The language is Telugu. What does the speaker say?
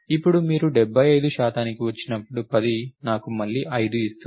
ఇప్పుడు మీరు 75 శాతానికి వచ్చినప్పుడు 10 నాకు మళ్లీ 5 ఇస్తుంది